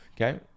okay